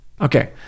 Okay